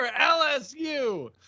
LSU